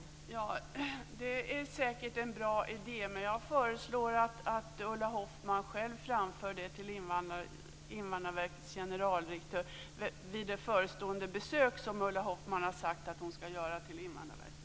Fru talman! Det är säkert en bra idé. Jag föreslår att Ulla Hoffmann själv framför det till Invandrarverkets generaldirektör vid det förestående besök som Ulla Hoffmann har sagt att hon skall göra hos Invandrarverket.